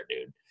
dude